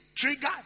trigger